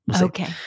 Okay